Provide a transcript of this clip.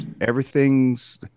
everything's